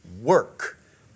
work